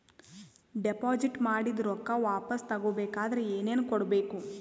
Deposit ಮಾಡಿದ ರೊಕ್ಕ ವಾಪಸ್ ತಗೊಬೇಕಾದ್ರ ಏನೇನು ಕೊಡಬೇಕು?